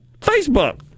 Facebook